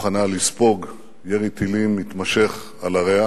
מוכנה לספוג ירי טילים מתמשך על עריה